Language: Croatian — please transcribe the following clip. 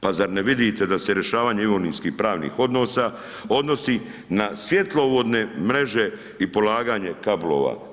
Pa zar ne vidite da se rješavanje imovinsko-pravnih odnosa odnosi na svjetlovodne mreže i polaganje kablova.